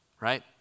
Right